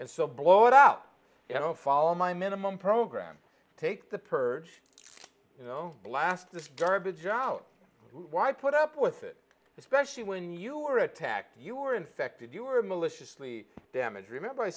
and so blow it out you know fall my minimum program take the purge you know blast this garbage out why put up with it especially when you're attacked you were infected you were maliciously damage remember i